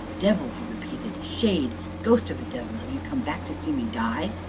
devil! he repeated shade ghost of a devil have you come back to see me die?